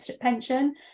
pension